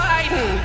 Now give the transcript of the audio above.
Biden